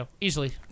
Easily